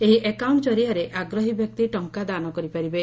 ଏହି ଆକାଉଣ୍ ଜରିଆରେ ଆଗ୍ରହୀ ବ୍ୟକ୍ତି ଟଙ୍ଙା ଦାନ କରିପାରିବେ